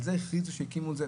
על זה הכריזו כשהקימו את זה,